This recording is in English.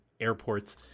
airports